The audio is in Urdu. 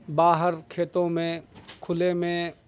باہر کھیتوں میں کھلے میں